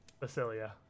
Basilia